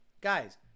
Guys